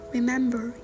Remember